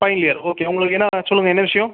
final year okay உங்களுக்கு என்ன சொல்லுங்கள் என்ன விஷியம்